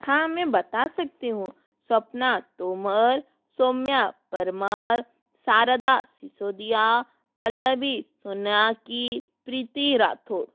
हाँ मैं बता सकती हूँ सपना तोमर सौम्या परमार शारदा सीसोडिया पल्लवी सोनाकी प्रीति राथोड़